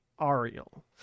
Ariel